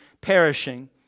perishing